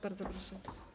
Bardzo proszę.